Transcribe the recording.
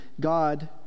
God